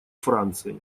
франции